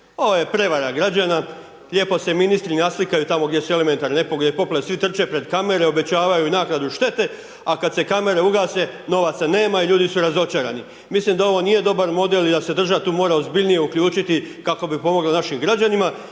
Ovo je prevara građana, lijepo se ministri naslikaju tamo gdje su elementarne nepogode, poplave, svi trče pred kamere, obećavaju i naknadu štete a kada se kamere ugase novaca nema i ljudi su razočarani. Mislim da ovo nije dobar model i da se država tu mora ozbiljnije uključiti kako bi pomogla našim građanima